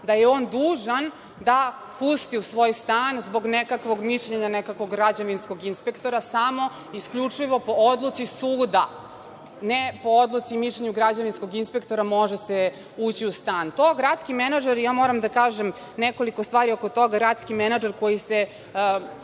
da je on dužan da pusti u svoj stan, zbog nekakvog mišljenja nekakvog građevinskog inspektora, samo isključivo po odluci suda. Ne po odluci i mišljenju građevinskog inspektora, može se ući u stan. To, moram da kažem nekoliko stvari oko toga, gradski menadžer koji se